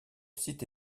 site